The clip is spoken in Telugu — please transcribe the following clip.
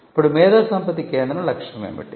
ఇప్పుడు మేధోసంపత్తి కేంద్రం లక్ష్యం ఏమిటి